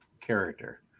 character